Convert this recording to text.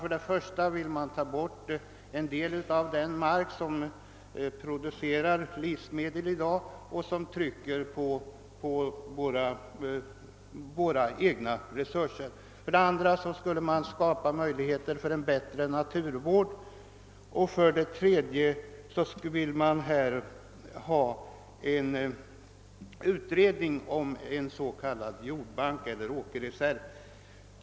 För det första vill de ta bort en del av den mark som producerar livsmedel i dag och som bidrager till avsättningssvårigheter, för det andra vill de skapa möjligheter för en bättre naturvård och för det tredje vill de ha en utredning om en s.k. jordbank eller åkerreserv.